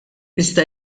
iżda